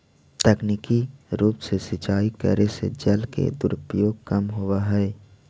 तकनीकी रूप से सिंचाई करे से जल के दुरुपयोग कम होवऽ हइ